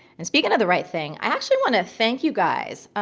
and speaking of the right thing, i actually want to thank you guys,